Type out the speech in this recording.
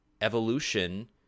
evolution